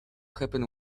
happen